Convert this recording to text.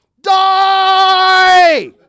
DIE